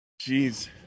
Jeez